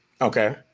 Okay